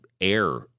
air